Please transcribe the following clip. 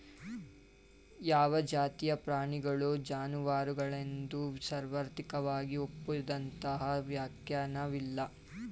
ಯಾವ ಜಾತಿಯ ಪ್ರಾಣಿಗಳು ಜಾನುವಾರುಗಳೆಂದು ಸಾರ್ವತ್ರಿಕವಾಗಿ ಒಪ್ಪಿದಂತಹ ವ್ಯಾಖ್ಯಾನವಿಲ್ಲ